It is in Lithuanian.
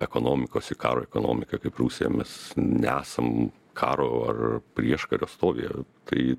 ekonomikos į karo ekonomiką kaip rusija mes nesam karo ar prieškario stovyje tai